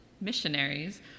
missionaries